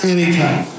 Anytime